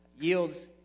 yields